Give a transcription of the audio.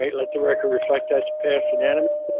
let the record reflect that's passed unanimously.